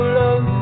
love